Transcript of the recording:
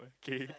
okay